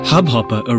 Hubhopper